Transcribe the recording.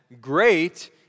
great